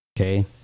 Okay